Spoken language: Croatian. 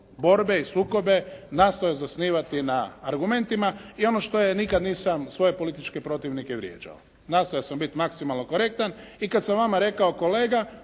borbe i sukobe nastojao zasnivati na argumentima i ono što ja nikad nisam svoje političke protivnike vrijeđao. Nastojao sam biti maksimalno korektan. I kad sam vama rekao kolega,